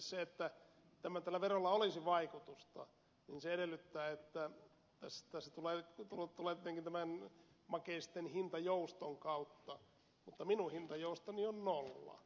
se että tällä verolla olisi vaikutusta edellyttää että se tulee tietenkin tämän makeisten hintajouston kautta mutta minun hintajoustoni on nolla